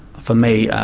for me